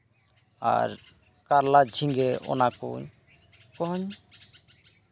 ᱟᱨ ᱠᱟᱨᱞᱟ ᱡᱷᱤᱜᱟᱹ ᱚᱱᱟ ᱠᱚ ᱚᱱᱟ ᱠᱚᱦᱚᱧ